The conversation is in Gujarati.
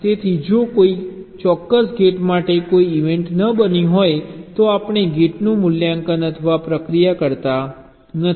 તેથી જો કોઈ ચોક્કસ ગેટ માટે કોઈ ઇવેન્ટ ન બની હોય તો આપણે ગેટનું મૂલ્યાંકન અથવા પ્રક્રિયા કરતા નથી